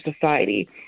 society